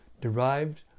derived